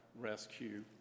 rescue